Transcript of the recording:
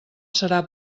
serà